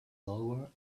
lower